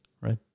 right